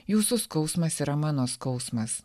jūsų skausmas yra mano skausmas